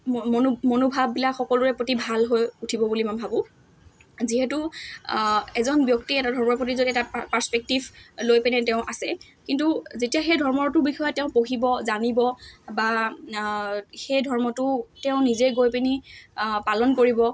ম মনো মনোভাৱবিলাক সকলোৰে প্ৰতি ভাল হৈ উঠিব বুলি মই ভাবোঁ যিহেতু এজন ব্যক্তি এটা ধৰ্মৰ প্ৰতি যদি এটা পা পাৰস্পেক্টিভ লৈ পিনে তেওঁ আছে কিন্তু যেতিয়া সেই ধৰ্মৰটোৰ বিষয়ে তেওঁ পঢ়িব জানিব বা সেই ধৰ্মটো তেওঁ নিজে গৈ পিনি পালন কৰিব